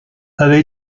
avait